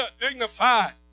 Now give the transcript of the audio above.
dignified